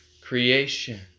creation